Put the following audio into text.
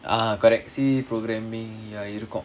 ah correct C programming ya இருக்கும்:irukkum